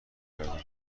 گردون